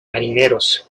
marineros